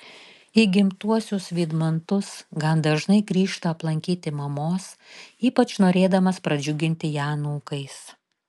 į gimtuosius vydmantus gan dažnai grįžta aplankyti mamos ypač norėdamas pradžiuginti ją anūkais